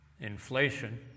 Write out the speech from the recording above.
inflation